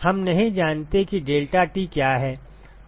हम नहीं जानते कि deltaT क्या है